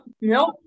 nope